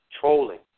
trolling